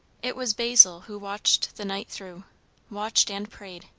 it was basil who watched the night through watched and prayed.